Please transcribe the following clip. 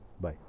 Bye